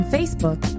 Facebook